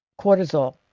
cortisol